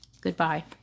goodbye